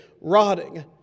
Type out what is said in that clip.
rotting